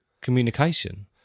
communication